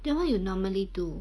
then what you normally do